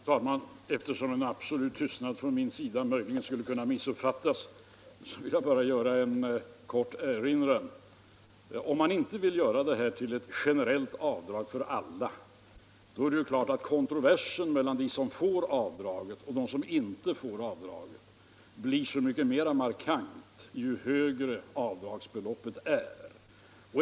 Fru talman! Eftersom en absolut tystnad från min sida möjligen skulle kunna missuppfattas vill jag komma med en kort erinran. Om man inte vill att det skall vara ett generellt avdrag för alla är det klart att kontroverserna mellan de inkomsttagare som medges avdrag och de som inte medges avdrag blir så mycket mer markanta ju högre avdragsbeloppet är.